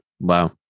Wow